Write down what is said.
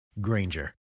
Granger